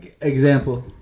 Example